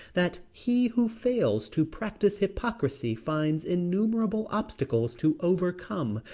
that he who fails to practice hypocrisy finds innumerable obstacles to overcome,